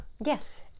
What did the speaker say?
yes